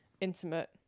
intimate